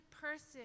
person